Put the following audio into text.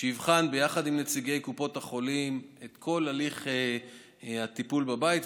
שיבחן ביחד עם נציגי קופות החולים את כל הליך הטיפול בבית,